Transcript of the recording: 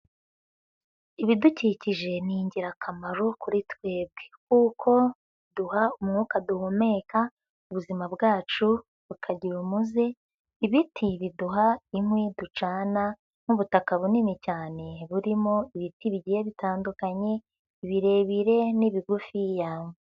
Ibidukikije ni ingirakamaro kuri twebwe, kuko duha umwuka duhumeka ubuzima bwacu bukazira umuze, ibiti biduha inkwi ducana n'ubutaka bunini cyane burimo ibiti bigiye bitandukanye birebire n'ibigufiya.